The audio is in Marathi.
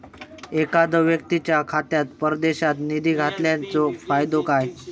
एखादो व्यक्तीच्या खात्यात परदेशात निधी घालन्याचो फायदो काय?